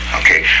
okay